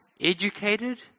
Educated